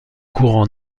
courant